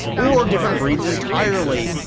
or different breeds entirely.